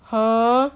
!huh!